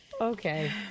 Okay